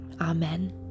Amen